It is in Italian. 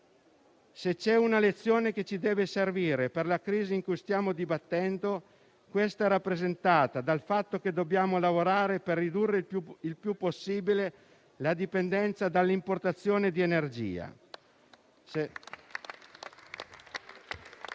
Se c'è una lezione che ci deve servire per la crisi in cui stiamo dibattendoci, questa è rappresentata dal fatto che dobbiamo lavorare per ridurre il più possibile la dipendenza dalle importazioni di energia.